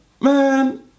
man